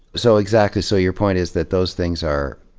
so, exactly. so your point is that those things are,